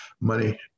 money